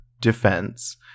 defense